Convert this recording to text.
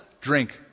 drink